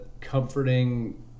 comforting